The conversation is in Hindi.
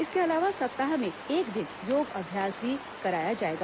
इसके अलावा सप्ताह में एक दिन योग अभ्यास भी कराया जाएगा